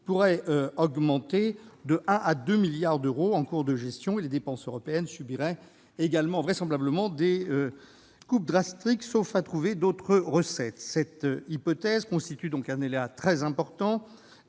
pourrait augmenter de 1 milliard à 2 milliards d'euros en cours de gestion, et les dépenses européennes subiraient vraisemblablement des coupes drastiques, sauf à trouver d'autres recettes. Cette hypothèse constitue un aléa très important